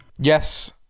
yes